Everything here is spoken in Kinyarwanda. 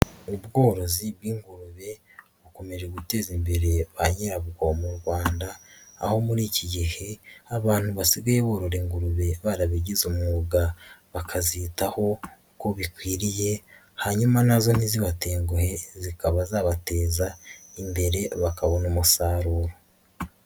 Ubworozi bw'ingurube bukomeje guteza imbere ba nyira bwo mu Rwanda aho muri iki gihe abantu basigaye borora ingurube barabigize umwuga, bakazitaho uko bikwiriye, hanyuma na zo ntizibatenguhe zikaba zabateza imbere bakabona umusaruro.